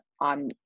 on